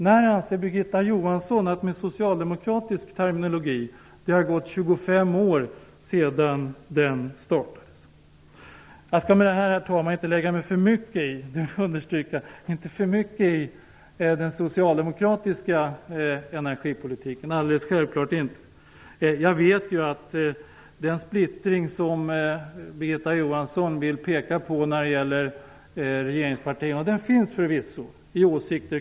När anser Birgitta Johansson att det med socialdemokratisk terminologi har gått 25 år sedan den startades? Herr talman! Jag skall självfallet inte lägga mig alltför mycket i den socialdemokratiska energipolitiken. Den splittring mellan regeringspartierna i åsikter om energifrågan som Birgitta Johansson vill peka på finns förvisso.